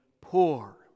poor